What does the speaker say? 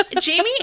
Jamie